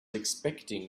expecting